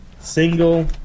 single